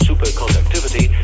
Superconductivity